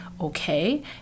okay